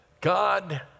God